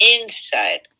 inside